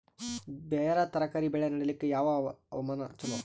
ಬೇರ ತರಕಾರಿ ಬೆಳೆ ನಡಿಲಿಕ ಯಾವ ಹವಾಮಾನ ಚಲೋ?